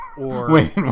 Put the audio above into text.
Wait